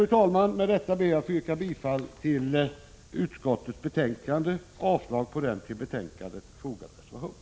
Fru talman! Med detta ber jag att få yrka bifall till hemställan i utskottsbetänkandet och avslag på den till betänkandet fogade reservationen.